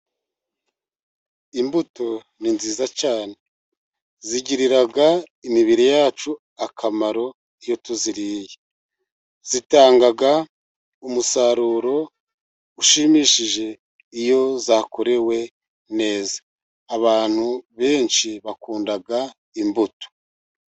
Imbuto ni nziza cyane. Zigirira imibiri yacu akamaro iyo tuziriye. Zitanga umusaruro ushimishije iyo zakorewe neza. Abantu benshi bakunda imbuto.